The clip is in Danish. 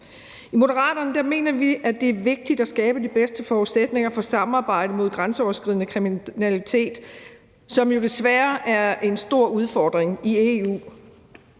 I Moderaterne mener vi, at det er vigtigt at skabe de bedste forudsætninger for samarbejde mod grænseoverskridende kriminalitet, som jo desværre er en stor udfordring i EU.